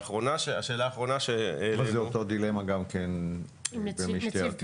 זאת אותה דילמה עם משטרת ישראל.